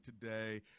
today